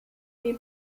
wie